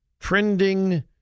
Trending